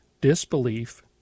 disbelief